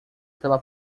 pela